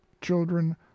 children